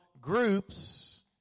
groups